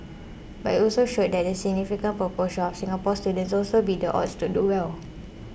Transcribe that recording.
but it also showed that a significant proportion of Singapore students also beat the odds to do well